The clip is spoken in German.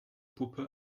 puppe